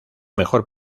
mejor